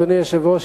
אדוני היושב-ראש,